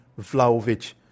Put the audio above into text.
Vlaovic